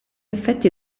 effetti